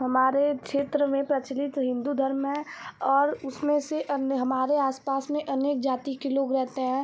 हमारे क्षेत्र में प्रचलित हिन्दू धर्म है और उसमें से अन्य हमारे आस पास में अनेक जाति के लोग रहते हैं